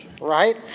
right